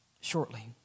shortly